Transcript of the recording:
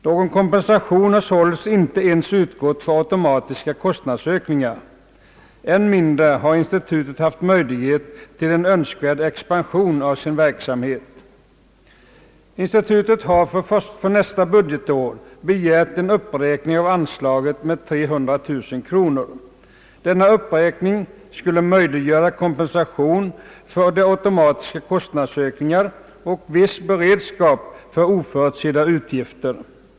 Någon kompensation har alltså inte ens utgått för automatiska kostnadsökningar. Än mindre har institutet haft möjlighet till en ökad expansion av sin verksamhet. Institutet har för nästa budgetår begärt en uppräkning av anslaget med 300 000 kronor. Denna uppräkning skulle utgöra en kompensation för de automatiska kostnadsökningarna och viss beredskap för oförutsedda utgifter.